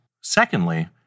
Secondly